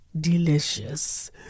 delicious